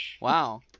Wow